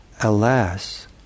alas